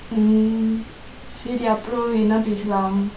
mm சரி அப்பிரம் என்ன பேசலாம்:seri approm enna pesalaam